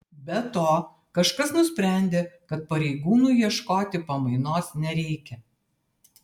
be to kažkas nusprendė kad pareigūnui ieškoti pamainos nereikia